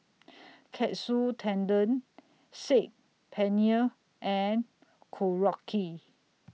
Katsu Tendon Saag Paneer and Korokke